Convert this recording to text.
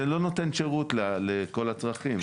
זה לא נותן שירות לכל הצרכים.